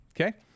Okay